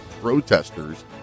protesters